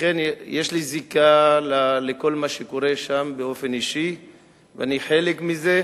לכן יש לי זיקה לכל מה שקורה שם באופן אישי ואני חלק מזה.